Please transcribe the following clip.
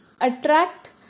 attract